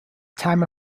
time